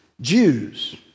Jews